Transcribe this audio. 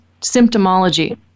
symptomology